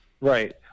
Right